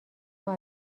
ماه